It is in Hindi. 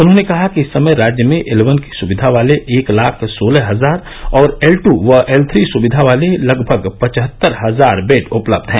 उन्होंने कहा कि इस समय राज्य में एल वन की सुविधा वाले एक लाख सोलह हजार और एल टू व एल थ्री सुविधा वाले लगभग पचहत्तर हजार बेड उपलब्ध हैं